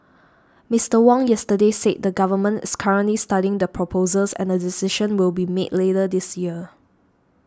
Mister Wong yesterday said the Government is currently studying the proposals and a decision will be made later this year